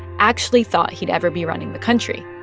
actually thought he'd ever be running the country.